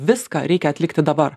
viską reikia atlikti dabar